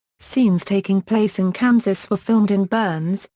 scenes taking place in kansas were filmed in burns,